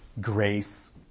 grace